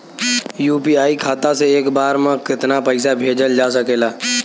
UPI खाता से एक बार म केतना पईसा भेजल जा सकेला?